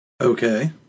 Okay